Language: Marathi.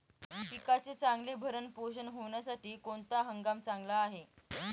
पिकाचे चांगले भरण पोषण होण्यासाठी कोणता हंगाम चांगला असतो?